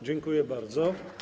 Dziękuję bardzo.